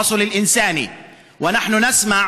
אנושי,